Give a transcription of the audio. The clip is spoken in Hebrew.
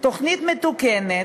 תוכנית מתוקנת,